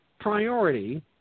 priority –